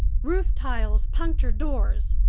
roof tiles puncture doors,